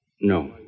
No